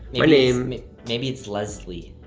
my name maybe it's lez-lee,